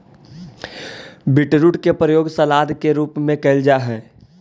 beetroot के प्रयोग सलाद के रूप में कैल जा हइ